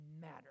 matter